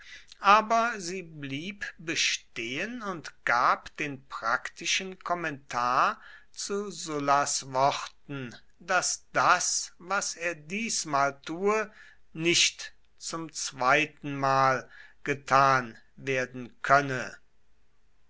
aber sie blieb bestehen und gab den praktischen kommentar zu sullas worten daß das was er diesmal tue nicht zum zweitenmal getan werden könne